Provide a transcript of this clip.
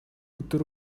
өдөр